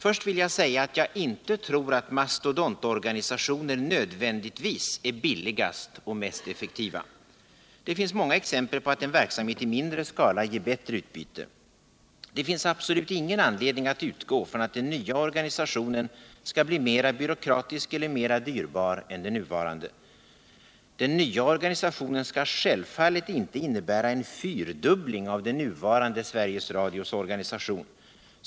Först vill jag säga att jag inte tror att mastodontorganisationer nödvändigtvis är billigast och mest effektiva. Det finns många exempel på att en verksamhet i mindre skala ger bättre utbyte. Det finns absolut ingen anledning att utgå från att den nya organisationen skall bli mer byråkratisk och mer dyrbar än den nuvarande. Den nya organisationen skall självfallet inte innebära en fyrdubbling av det nuvarande Sveriges Radios organisation.